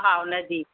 हा हा उनजी